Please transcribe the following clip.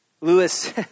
Lewis